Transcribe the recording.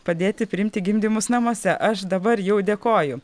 padėti priimti gimdymus namuose aš dabar jau dėkoju